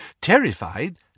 terrified